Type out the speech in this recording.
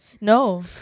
no